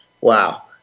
Wow